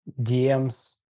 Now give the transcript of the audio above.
DMs